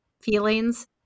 feelings